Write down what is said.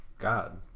God